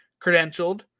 credentialed